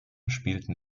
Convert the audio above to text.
spielten